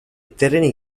terreni